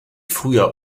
früher